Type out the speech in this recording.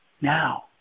now